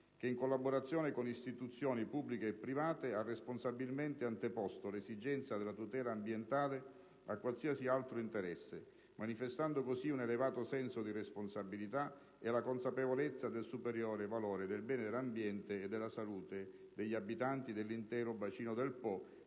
che, in collaborazione con istituzioni pubbliche e private, ha responsabilmente anteposto l'esigenza della tutela ambientale a qualsiasi altro interesse manifestando così un elevato senso di responsabilità e la consapevolezza del superiore valore del bene ambiente e salute degli abitanti dell'intero bacino del Po